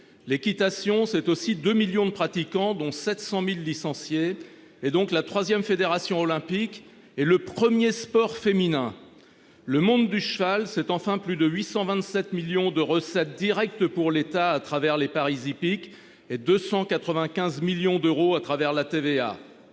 L'équitation, c'est aussi 2 millions de pratiquants, dont 700.000 licenciés et donc la 3ème fédération olympique et le 1er sport féminin. Le monde du cheval, enfin plus de 827 millions de recettes directes pour l'État à travers les Parisi. Et 295 millions d'euros à travers la TVA.